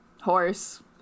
Horse